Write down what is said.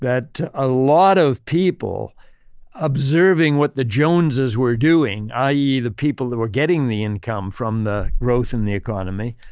that a lot of people observing what the joneses were doing, i e, the people that were getting the income from the growth in the economy,